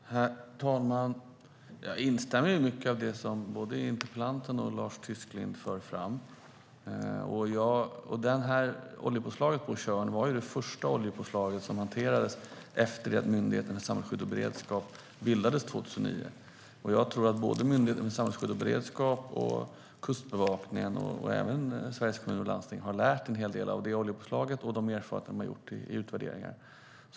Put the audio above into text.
Herr talman! Jag instämmer i mycket av det som både interpellanten och Lars Tysklind för fram. Oljepåslaget på Tjörn var ju det första oljepåslag som hanterades efter det att Myndigheten för samhällsskydd och beredskap bildades 2009. Både Myndigheten för samhällsskydd och beredskap, Kustbevakningen och Sveriges Kommuner och Landsting har lärt sig en hel del av det oljepåslaget och de erfarenheter som redovisades i utvärderingen.